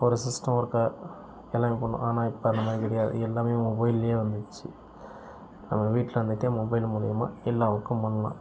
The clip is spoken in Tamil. ஒரு சிஸ்டம் ஒர்க்கை எல்லாமே பண்ணணும் ஆனால் இப்போ அந்த மாதிரி கிடையாது எல்லாமே மொபைலில் வந்திருச்சு நம்ம வீட்டில் இருந்துகிட்டே மொபைல் மூலிமா எல்லா ஒர்க்கும் பண்ணலாம்